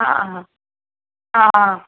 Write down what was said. ആ ആ ആ ആ